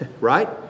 right